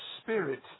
spirit